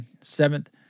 seventh